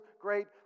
great